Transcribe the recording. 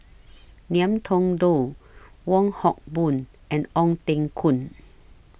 Ngiam Tong Dow Wong Hock Boon and Ong Teng Koon